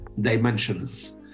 dimensions